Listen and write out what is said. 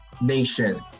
Nation